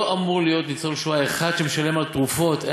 לא אמור להיות ניצול שואה אחד שמשלם על תרופות.